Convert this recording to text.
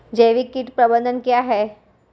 जैविक कीट प्रबंधन क्या है?